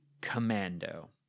commando